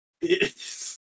Yes